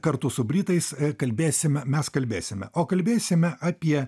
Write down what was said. kartu su britais kalbėsime mes kalbėsime o kalbėsime apie